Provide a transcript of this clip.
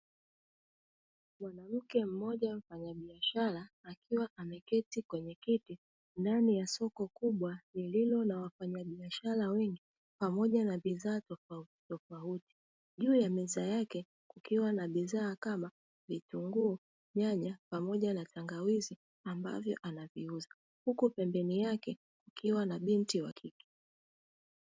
Mwanamke mmoja mfanyabiashara akiwa ameketi kwenye kiti, ndani ya soko kubwa lililo na wafanyabiashara wengi pamoja na bidhaa tofautitofauti. Juu ya meza yake kukiwa na bidhaa kama vitunguu, nyanya pamoja na tangawizi, ambavyo anaviuza. Huku pembeni yake kikiwa na binti wa kike.